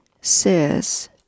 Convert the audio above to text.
says